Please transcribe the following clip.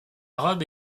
robe